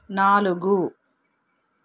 నాలుగు